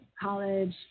college